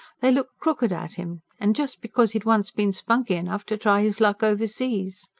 they looked crooked at him, and just because he'd once been spunky enough to try his luck overseas.